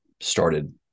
started